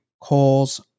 calls